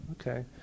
Okay